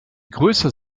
größer